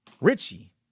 Richie